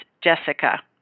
Jessica